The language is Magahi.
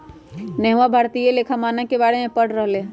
नेहवा भारतीय लेखा मानक के बारे में पढ़ रहले हल